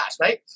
right